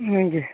ଆଜ୍ଞା